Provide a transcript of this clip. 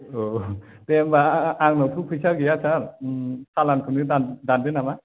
औ दे होमबा आंनावथ' फैसा गैया सार ओम सालानखौनो दानदो नामा